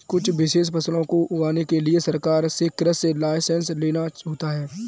कुछ विशेष फसलों को उगाने के लिए सरकार से कृषि लाइसेंस लेना होता है